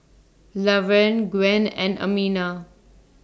Lavern Gwen and Amina